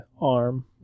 arm